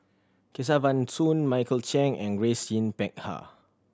Kesavan Soon Michael Chiang and Grace Yin Peck Ha